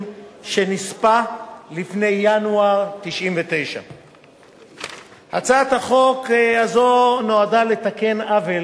שנספה לפני ינואר 1999. הצעת החוק הזאת נועדה לתקן עוול